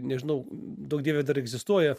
nežinau duok dieve dar egzistuoja